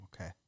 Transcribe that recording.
Okay